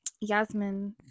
Yasmin